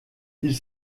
ils